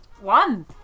One